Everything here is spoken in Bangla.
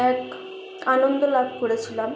এক আনন্দ লাভ করেছিলাম